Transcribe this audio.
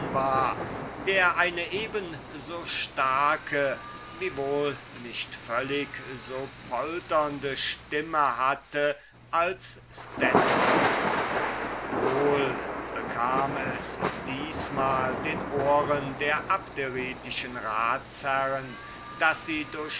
war der eine eben so starke wiewohl nicht völlig so polternde stimme hatte als stentor wohl bekam es diesmals den ohren der abderitischen ratsherren daß sie durch